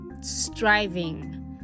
striving